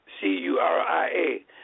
C-U-R-I-A